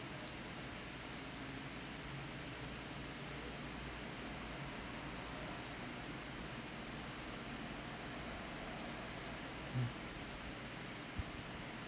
mm